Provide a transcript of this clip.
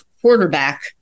quarterback